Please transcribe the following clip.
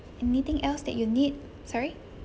anything else that you need sorry